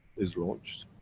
is launched,